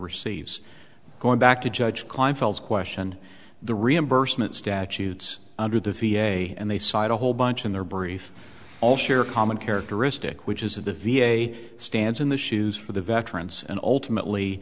receives going back to judge kleinfeld questioned the reimbursement statutes under the v a and they cite a whole bunch in their brief all share common characteristic which is that the v a stands in the shoes for the veterans and ultimately